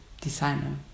designer